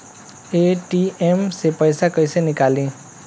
ATM से पैसा कैसे नीकली?